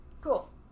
cool